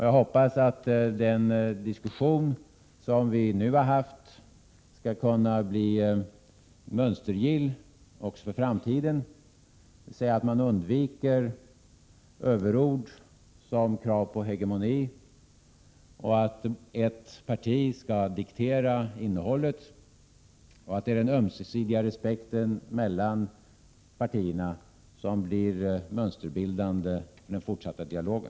Jag hoppas att den diskussion som vi nu har haft skall kunna bli ett mönster också för framtiden — dvs. att man undviker både överord som krav på hegemoni och att ett parti skall diktera innehållet — och att i stället den ömsesidiga respekten mellan partierna blir mönsterbildande för den fortsatta dialogen.